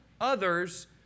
others